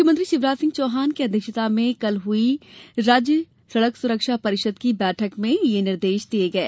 मुख्यमंत्री शिवराज सिंह चौहान की अध्यक्षता में कल हुई राज्य सड़क सुरक्षा परिषद की बैठक में ये निर्देश दिये गये